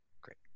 Great